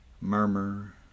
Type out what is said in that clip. Murmur